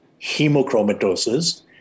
hemochromatosis